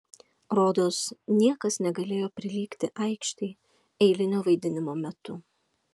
rodos niekas negalėjo prilygti aikštei eilinio vaidinimo metu